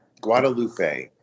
Guadalupe